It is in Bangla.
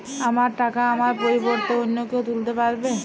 আমার টাকা আমার পরিবর্তে অন্য কেউ তুলতে পারবে?